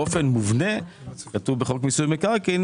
באופן מובנה זה כתוב בחוק מיסוי מקרקעין